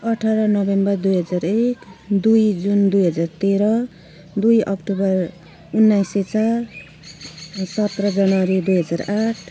अठार नोभेम्बर दुई हजार एक दुई जुन दुई हजार तेह्र दुई अक्टोबर उन्नाइस सय चार सत्र जनवरी दुई हजार आठ